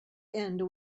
end